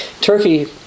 Turkey